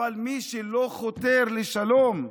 מי שלא חותר לשלום,